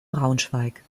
braunschweig